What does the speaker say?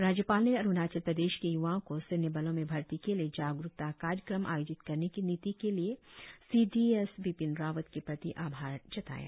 राज्यपाल ने अरुणाचल प्रदेश के य्वाओ को सैन्य बलों में भर्ती के लिए जागरुकता कार्यक्रम आयोजित करने की नीति के लिए C D S Bipin Rawat के प्रति आभार जताया